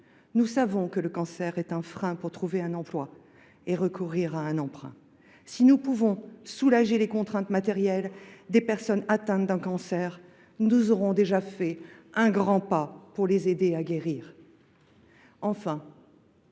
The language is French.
Nous savons que le cancer est un frein pour trouver un emploi et recourir à un emprunt. Si nous pouvons soulager les contraintes matérielles des personnes atteintes d’un cancer, nous aurons déjà fait un grand pas pour les aider à guérir. Enfin,